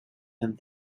and